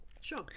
sure